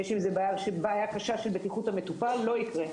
יש עם זה בעיה קשה של בטיחות המטופל לא יקרה.